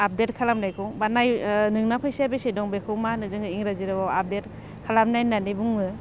update खालामनायखौ बा नाय नोंना फैसाया बेसे दङ बेखौ मा होनो जोङो इंराजि रावाव आपदेत खालामनाय होननानै बुङो